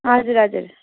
हजुर हजुर